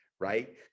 right